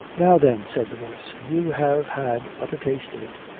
now, then, said the voice, you have had but a taste of it.